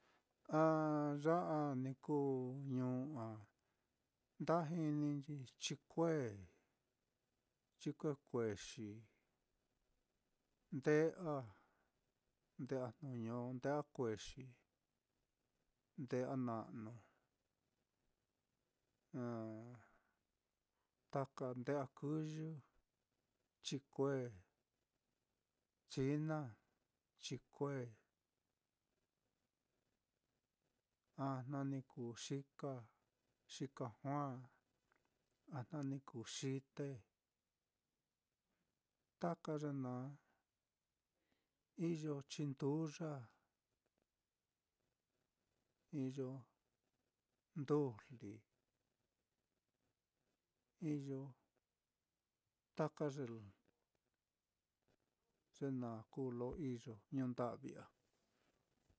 ya á ni kuu ñuu á nda jininchi chikue, chikue kuexi, nde'a, nde'a jnuño, nde'a kuexi, nde'a na'nu, taka nde'a kɨyɨ, chikue china, chikue a jna ni kuu xika, xika juaa, a jna ni kuu xite, taka ye naá iyo chinduya, iyo ndujli, iyo taka ye-ye naá kuu lo iyo ñuunda'vi á.